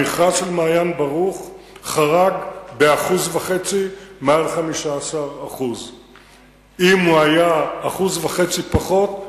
המכרז של מעיין-ברוך חרג ב-1.5% מעל 15%. אם הוא היה 1.5% פחות,